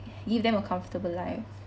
give them a comfortable life